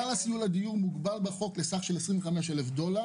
כלל הסיוע לדיור מוגבל לסך של 25,000 דולרים